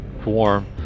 form